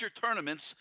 tournaments